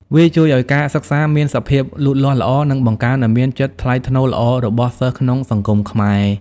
វាជួយឲ្យការសិក្សាមានសភាពលូតលាស់ល្អ និងបង្កើនឱ្យមានចិត្តថ្លៃថ្នូរល្អរបស់សិស្សក្នុងសង្គមខ្មែរ។